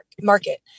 market